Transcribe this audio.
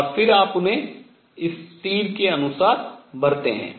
और फिर आप उन्हें इस तीर के अनुसार भरते हैं